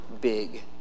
big